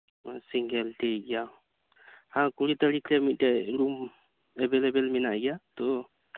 ᱚ ᱥᱤᱝᱜᱮᱞ ᱴᱷᱤᱠ ᱜᱮᱭᱟ ᱦᱮᱸ ᱵᱟᱨ ᱜᱮᱞ ᱢᱟᱹᱦᱤᱛ ᱨᱮ ᱢᱤᱫᱴᱮᱱ ᱨᱩᱢ ᱮᱵᱮᱞᱞᱮᱵᱮᱞ ᱢᱮᱱᱟᱜ ᱜᱮᱭᱟ ᱛᱚ